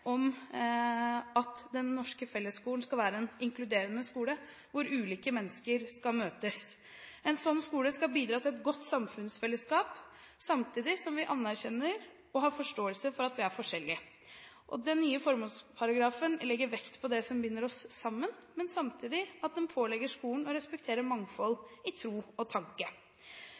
om at den norske fellesskolen skal være en inkluderende skole hvor ulike mennesker skal møtes. En sånn skole skal bidra til et godt samfunnsfellesskap, samtidig som vi anerkjenner og har forståelse for at vi er forskjellige. Den nye formålsparagrafen legger vekt på det som binder oss sammen, samtidig som den pålegger skolen å respektere mangfold i tro og tanke.